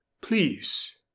please